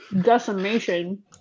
decimation